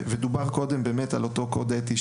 דובר קודם על אותו קוד אתי,